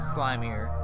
Slimier